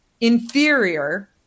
inferior